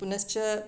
पुनश्च